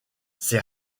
ces